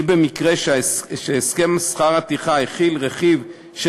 כי במקרה שהסכם שכר הטרחה הכיל רכיב של